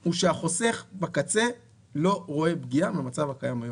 הוא שהחוסך בקצה לא רואה פגיעה מהמצב הקיים היום.